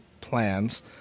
plans